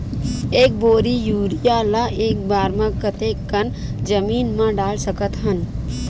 एक बोरी यूरिया ल एक बार म कते कन जमीन म डाल सकत हन?